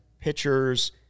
pitchers